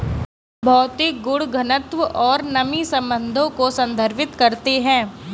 भौतिक गुण घनत्व और नमी संबंधों को संदर्भित करते हैं